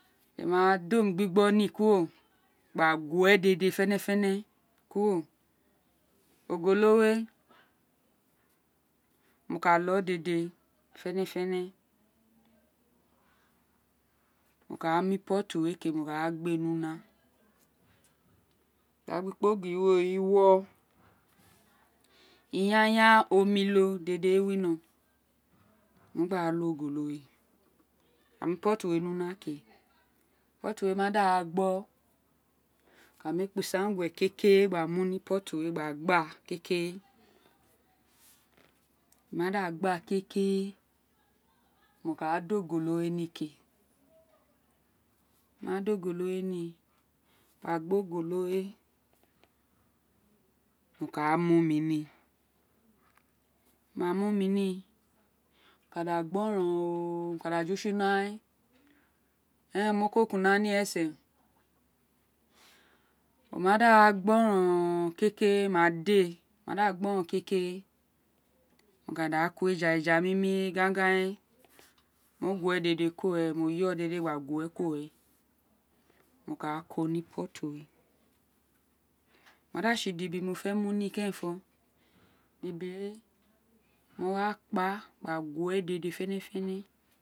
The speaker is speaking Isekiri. Mo ma da omi gbigbo ní kuro gba gu we dèdè fénèfénè kuro ogolo we mo ka lóò dede fénèfénè mo ka rin pottí wo ká gbe ni una igbagba ikpogiri we iwọ yayan omilo dèdè wo we winó mo gba lóò ogoluwe gba mí potti we ni una ke pottí ma da gbo wo ka mí ekpo isan guwe kérèré gba mu ní pottì we gba gba ke wo ma da gba kekere di ono ka da ogolo ní ke mo ma da ogolo we ní gba gbe ogolo mo ka mí omí ní mo ma mí omí ní o ka da ju tsi ni una we ira eren mo koko una we ni esen oma dà gbóròn ooo kekere de oma da gbóròn kekere de wo ka da kó eja eja mí mí wo ka mí gangan we ma gueve dèdè kuro ren mo yọ dede kuro ren mo ka koní pottí we oma da tsi idibi mo fé mu ní kéren gba guwe dede fénèfénè